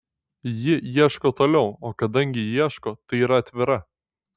ji ieško toliau o kadangi ieško tai yra atvira